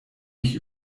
mich